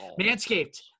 Manscaped